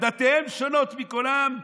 "דתיהם שונות מכל עם,